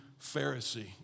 Pharisee